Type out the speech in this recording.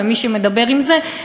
ומי שמדבר עם זה,